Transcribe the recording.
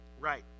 right